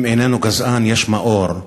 אם איננו גזען, יש מאור.